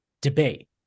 debate